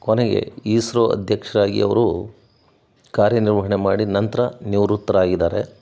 ಕೊನೆಗೆ ಈಸ್ರೋ ಅಧ್ಯಕ್ಷರಾಗಿ ಅವರು ಕಾರ್ಯನಿರ್ವಹಣೆ ಮಾಡಿ ನಂತರ ನಿವೃತ್ತರಾಗಿದ್ದಾರೆ